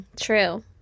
True